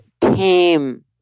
tame